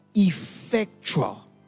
Effectual